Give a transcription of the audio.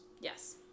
Yes